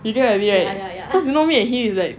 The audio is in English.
you get what I mean right cause you know me and he like